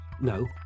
No